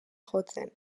jotzen